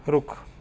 ਰੁੱਖ